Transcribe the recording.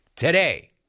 Today